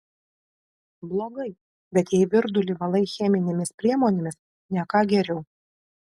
blogai bet jei virdulį valai cheminėmis priemonėmis ne ką geriau